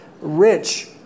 rich